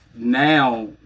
now